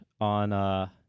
on